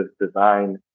design